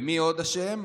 ומי עוד אשם?